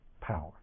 power